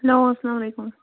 hello اسلام علیکُم